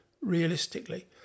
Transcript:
realistically